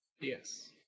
Yes